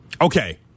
Okay